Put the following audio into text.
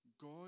God